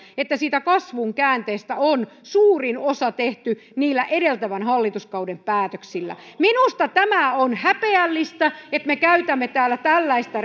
että siitä kasvun käänteestä on suurin osa tehty edeltävän hallituskauden päätöksillä minusta tämä on häpeällistä että me käytämme täällä tällaista